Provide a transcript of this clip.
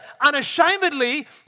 unashamedly